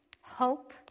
hope